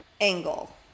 angle